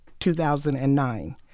2009